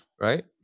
right